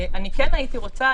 כן הייתי רוצה,